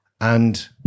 And-